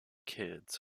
kids